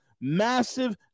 massive